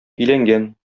өйләнгән